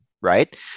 right